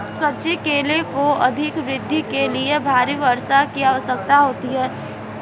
कच्चे केले को अपनी वृद्धि के लिए भारी वर्षा की आवश्यकता होती है